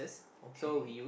okay